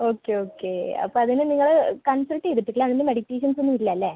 okay okay അപ്പോൾ അതിന് നിങ്ങൾ കൺസൾട്ട് ചെയ്തിട്ടില്ല അതിന് മെഡിറ്റേഷൻസ് ഒന്നും ഇല്ലല്ലേ